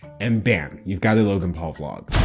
and bam, you've got a logan paul vlog.